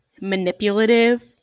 manipulative